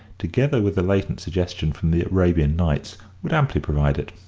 together with the latent suggestion from the arabian nights, would amply provide it.